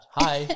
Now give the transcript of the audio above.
hi